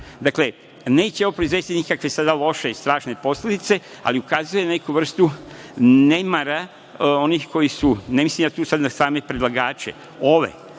snagu. Dakle, neće ovo proizvesti nikakve sada loše i strašne posledice, ali ukazuje na neku vrstu nemara onih koji su, ne mislim ja tu sada na same predlagače ove,